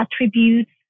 attributes